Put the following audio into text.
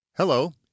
Hello